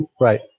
right